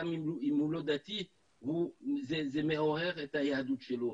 גם אם הוא לא דתי זה מעורר את היהדות שלו.